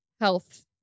health